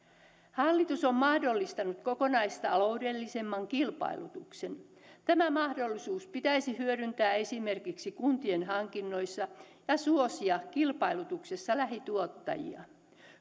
hallitus on mahdollistanut kokonaistaloudellisemman kilpailutuksen tämä mahdollisuus pitäisi hyödyntää esimerkiksi kuntien hankinnoissa ja suosia kilpailutuksessa lähituottajia